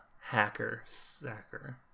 hacker-sacker